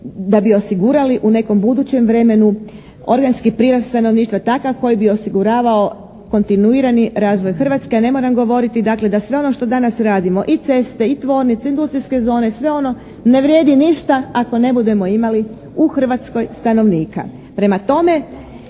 da bi osigurali u nekom budućem vremenu organski prirast stanovnika takav koji bi osiguravao kontinuirani razvoj Hrvatske a ne moram govoriti dakle da sve ono što danas radimo i ceste i tvornice, industrijske zone, sve ono ne vrijedi ništa ako ne budemo imali u Hrvatskoj stanovnika.